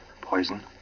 poison